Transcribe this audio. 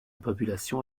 population